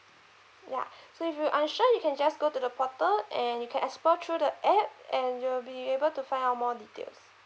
ya so if you unsure you can just go to the portal and you can explore through the app and you'll be able to find out more details